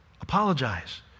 Apologize